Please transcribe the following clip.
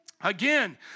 Again